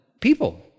people